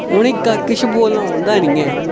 उ'नेंगी कक्ख किश बोलना औंदा गै नेईं ऐ